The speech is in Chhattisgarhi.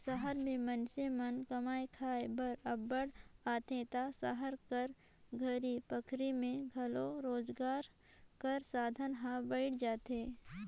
सहर में मइनसे मन कमाए खाए बर अब्बड़ आथें ता सहर कर घरी पखारी में घलो रोजगार कर साधन हर बइढ़ जाथे